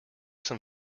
some